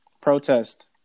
protest